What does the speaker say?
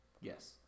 Yes